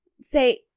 say